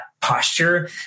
posture